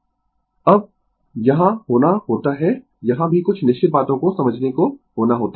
Refer Slide Time 0623 अब यहाँ होना होता है यहाँ भी कुछ निश्चित बातों को समझने को होना होता है